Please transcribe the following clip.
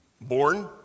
born